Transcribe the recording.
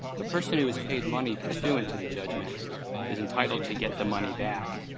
a person who has paid money pursuant to the judgment is entitled to get the money back.